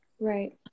Right